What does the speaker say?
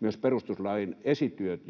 myös perustuslain esityöt